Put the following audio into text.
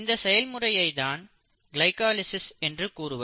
இந்த செயல்முறையை தான் கிளைக்காலிசிஸ் என்று கூறுவர்